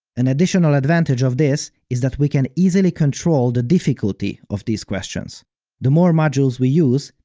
an additional advantage of this is that we can easily control the difficulty of these questions the more modules we use,